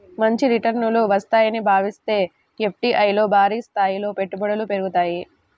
మంచి రిటర్నులు వస్తాయని భావిస్తే ఎఫ్డీఐల్లో భారీస్థాయిలో పెట్టుబడులు పెరుగుతాయి